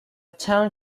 town